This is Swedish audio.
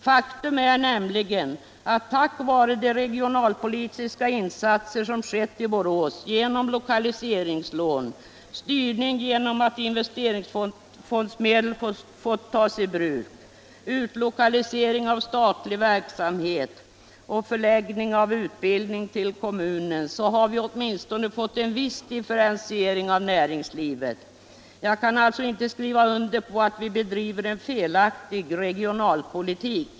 Faktum är nämligen att tack vare de regionalpolitiska insatser som skett i Borås med lokaliseringslån, styrning genom att investeringsfondsmedel fått tas i bruk, utlokalisering av statlig verksamhet och förläggning av utbildning till kommunen har vi åtminstone fått en viss differentiering av näringslivet. Jag kan alltså inte skriva under på att vi bedriver en felaktig regionalpolitik.